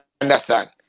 understand